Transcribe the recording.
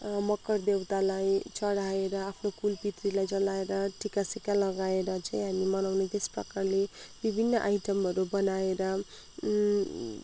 मकर देउतालाई चढाएर आफ्नो कुलपितृलाई जलाएर टिकासिका लगाएर चाहिँ हामी मनाउने त्यस प्रकारले विभिन्न आइटमहरू बनाएर